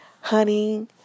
honey